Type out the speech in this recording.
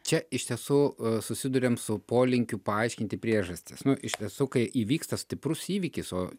čia iš tiesų susiduriam su polinkiu paaiškinti priežastis nu iš tiesų kai įvyksta stiprus įvykis o